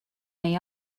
may